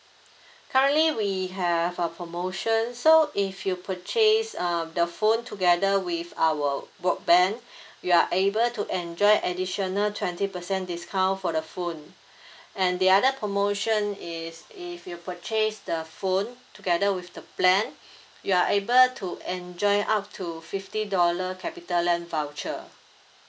currently we have a promotion so if you purchase uh the phone together with our broadband you are able to enjoy additional twenty percent discount for the phone and the other promotion is if you purchase the phone together with the plan you are able to enjoy up to fifty dollar capitaland voucher